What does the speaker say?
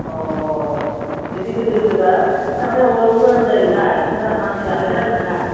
अ गिदिर गिदिर बा थारमाने अराव मोजां जायोना बिसोरना आरो मानसि जानाय जागोनना